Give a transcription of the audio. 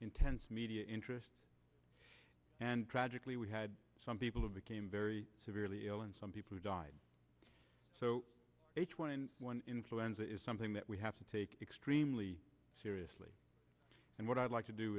intense media interest and tragically we had some people who became very severely ill and some people died so h one n one influenza is something that we have to take extremely seriously and what i'd like to do